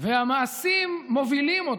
והמעשים מובילים אותו,